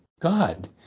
god